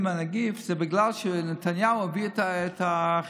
בנגיף זה בגלל שנתניהו הביא את החיסונים.